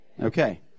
Okay